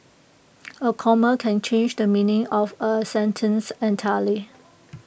A comma can change the meaning of A sentence entirely